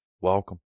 welcome